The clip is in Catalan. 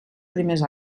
primers